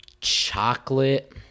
chocolate